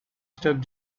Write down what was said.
stub